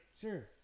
Sure